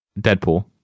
Deadpool